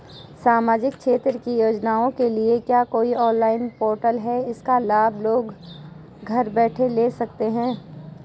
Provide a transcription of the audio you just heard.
सामाजिक क्षेत्र की योजनाओं के लिए क्या कोई ऑनलाइन पोर्टल है इसका लाभ लोग घर बैठे ले सकते हैं?